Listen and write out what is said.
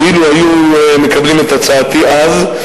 אילו היו מקבלים את הצעתי אז,